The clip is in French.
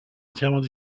entièrement